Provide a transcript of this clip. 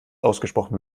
ausgesprochen